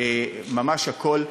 ממש הכול.